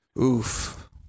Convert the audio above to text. Oof